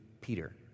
Peter